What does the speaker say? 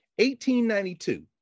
1892